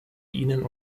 ihnen